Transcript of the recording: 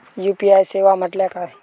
UPI सेवा म्हटल्या काय?